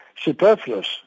superfluous